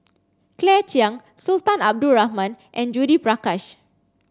Claire Chiang Sultan Abdul Rahman and Judith Prakash